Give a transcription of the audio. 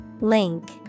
Link